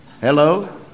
Hello